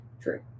True